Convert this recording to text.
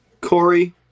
Corey